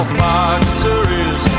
factories